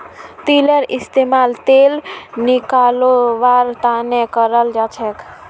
तिलेर इस्तेमाल तेल निकलौव्वार तने कराल जाछेक